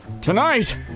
Tonight